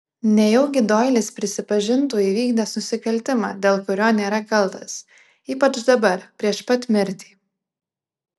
nejaugi doilis prisipažintų įvykdęs nusikaltimą dėl kurio nėra kaltas ypač dabar prieš pat mirtį